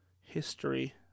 history